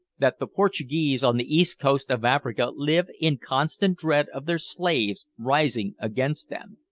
that the portuguese on the east coast of africa live in constant dread of their slaves rising against them.